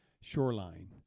shoreline